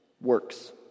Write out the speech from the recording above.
Works